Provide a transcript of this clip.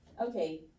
Okay